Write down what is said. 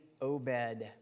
Obed